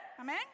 Amen